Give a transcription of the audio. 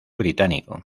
británico